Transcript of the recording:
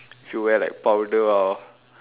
you wear like powder or